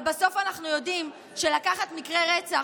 אבל בסוף אנחנו יודעים שלקחת מקרי רצח